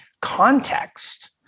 context